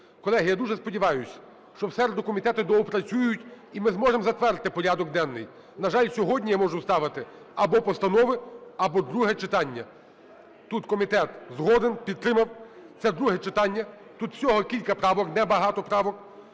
Колеги, я дуже сподіваюсь, що в середу комітети доопрацюють, і ми зможемо затвердити порядок денний. На жаль, сьогодні я можу ставити або постанови, або друге читання. Тут комітет згоден, підтримав. Це друге читання, тут всього кілька правок, небагато правок,